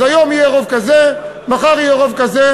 אז היום יהיה רוב כזה, מחר יהיה רוב כזה.